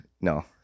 no